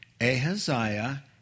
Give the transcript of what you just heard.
Ahaziah